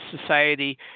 society